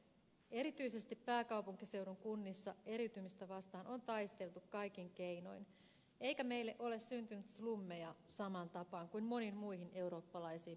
erityisesti pääkaupunkiseudun kunnissa eriytymistä vastaan on taisteltu kaikin keinoin eikä meille ole syntynyt slummeja samaan tapaan kuin moniin muihin eurooppalaisiin pääkaupunkeihin